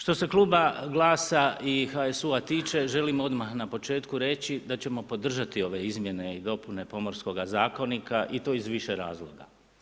Što se kluba GLAS-a i HSU-a tiče želim odmah na početku reći da ćemo podržati ove izmjene i dopune Pomorskoga zakonika i to iz više razloga.